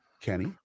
Kenny